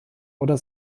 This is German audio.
oder